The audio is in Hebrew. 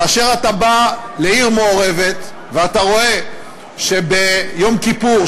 כאשר אתה בא לעיר מעורבת ואתה רואה שביום כיפור,